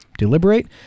deliberate